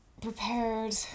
prepared